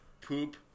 Poop